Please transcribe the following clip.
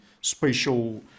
spatial